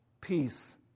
Peace